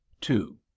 Two